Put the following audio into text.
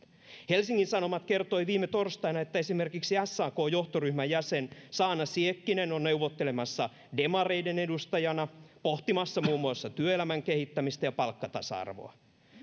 helsingin sanomat kertoi viime torstaina että esimerkiksi sakn johtoryhmän jäsen saana siekkinen on neuvottelemassa demareiden edustajana pohtimassa muun muassa työelämän kehittämistä ja palkkatasa arvoa